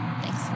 Thanks